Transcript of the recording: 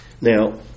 Now